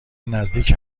نزدیک